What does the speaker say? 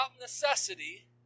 necessity